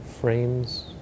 frames